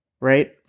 Right